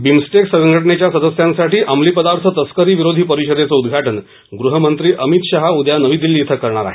BIMSTEC संघटनेच्या सदस्यांसाठी अंमली पदार्थ तस्करी विरोधी परिषदेचं उद्घाटन गृहमंत्री अमित शाह उद्या नवी दिल्ली श्वें करणार आहेत